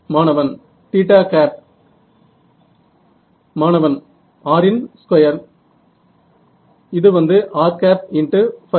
மாணவன் மாணவன் r இன் ஸ்கொயர் இது வந்து r